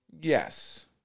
Yes